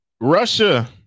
Russia